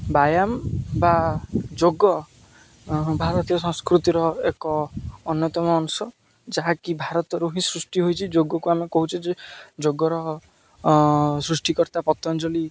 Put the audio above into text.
ବ୍ୟାୟାମ ବା ଯୋଗ ଭାରତୀୟ ସଂସ୍କୃତିର ଏକ ଅନ୍ୟତମ ଅଂଶ ଯାହାକି ଭାରତରୁ ହିଁ ସୃଷ୍ଟି ହୋଇଛି ଯୋଗକୁ ଆମେ କହୁଛେ ଯେ ଯୋଗର ସୃଷ୍ଟିିକର୍ତ୍ତା ପତଞ୍ଜଳୀ